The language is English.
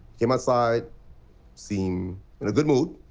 came outside, seemed in a good mood,